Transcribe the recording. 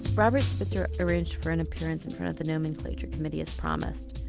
robert spitzer arranged for an appearance in front of the nomenclature committee as promised.